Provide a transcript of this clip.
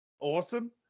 awesome